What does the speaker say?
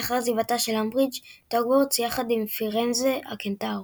לאחר עזיבתה של אמברידג' את הוגוורטס יחד עם פירנזה הקנטאור.